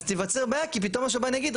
אז תיווצר בעיה כי פתאום השב"ן יגיד,